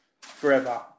forever